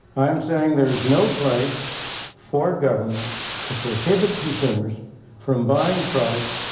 i am saying there is no place for government to prohibit consumers from buying products,